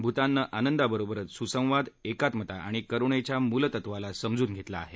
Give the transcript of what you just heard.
भूताननं आनंदाबरोबरच सुसंवाद एकात्मता आणि करुणेच्या मूलतत्वाला समजून घेतलं आहे